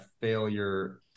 failure